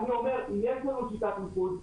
אני אומר שיש לנו שיטת ניקוד,